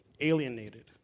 alienated